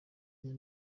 iyi